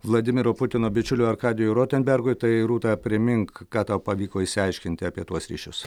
vladimiro putino bičiuliui arkadijui rotenbergui tai rūta primink ką tau pavyko išsiaiškinti apie tuos ryšius